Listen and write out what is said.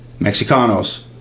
mexicanos